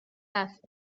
است